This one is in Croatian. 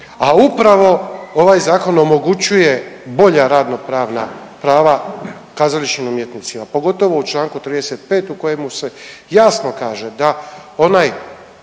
a upravo ovaj zakon omogućuje bolja radno-pravna prava kazališnim umjetnicima pogotovo u članku 35. u kojemu se jasno kaže da onaj